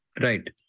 Right